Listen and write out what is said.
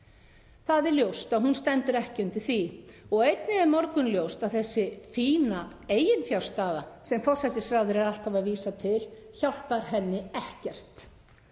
Það er ljóst að hún stendur ekki undir því og einnig er morgunljóst að þessi fína eiginfjárstaða sem forsætisráðherra er alltaf að vísa til hjálpar henni ekkert.